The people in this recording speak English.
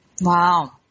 Wow